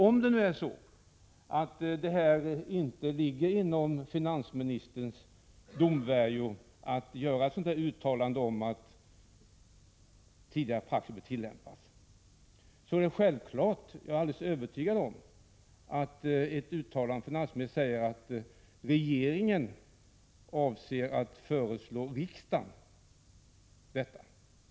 Om det inte ligger inom finansministerns domvärjo att göra ett uttalande om att tidigare praxis bör tillämpas, är jag helt övertygad om att han kan säga att regeringen avser att föreslå riksdagen detta.